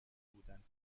بودند